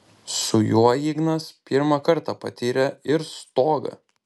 su juo ignas pirmą kartą patyrė ir stogą